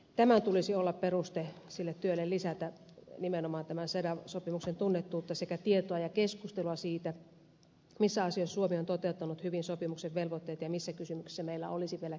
tämän tulisi olla peruste sille työlle lisätä nimenomaan cedaw sopimuksen tunnettuutta sekä tietoa ja keskustelua siitä missä asioissa suomi on toteuttanut hyvin sopimuksen velvoitteita ja missä kysymyksissä meillä olisi vielä kehitettävää